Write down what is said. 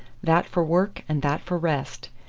that for work and that for rest.